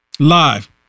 Live